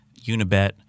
Unibet